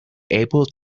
able